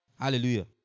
Hallelujah